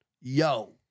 Yo